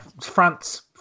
France